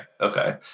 okay